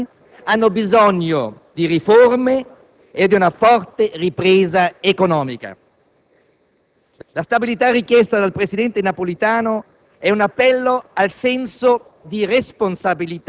rappresenta un grande sforzo di dare stabilità al Paese, una stabilità richiesta da tutti i cittadini e non solo dagli elettori del centro‑sinistra.